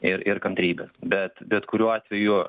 ir ir kantrybės bet bet kuriuo atveju